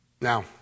Now